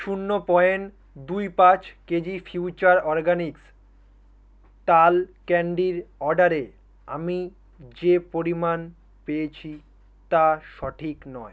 শূন্য পয়েন্ট দুই পাঁচ কেজি ফিউচার অরগানিক্স টাল ক্যান্ডির অর্ডারে আমি যে পরিমাণ পেয়েছি তা সঠিক নয়